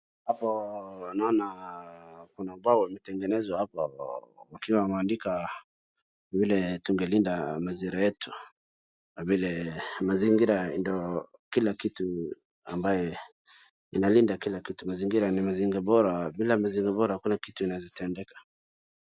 Hapo naona kuna ubao umetengenezwa hapo wakiwa wameandika vile tungelinda mazingira yetu na vile mazingira ndio kila kitu ambaye inalinda kila kitu. Mazingira ni mazingira bora, bila mazingira bora hakuna kitu inaeza tendeka.